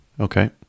Okay